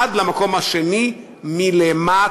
עד למקום השני מלמטה.